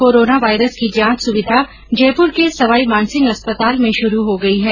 corona virus की जांच सुविधा जयपुर के सवाई मानसिंह अस्पताल में शुरू हो गई है